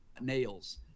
nails